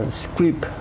script